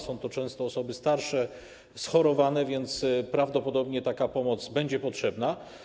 Są to często osoby starsze, schorowane, więc prawdopodobnie taka pomoc będzie potrzebna.